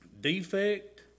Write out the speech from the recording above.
defect